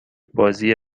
بازی